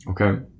Okay